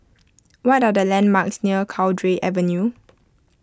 what are the landmarks near Cowdray Avenue